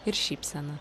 ir šypsena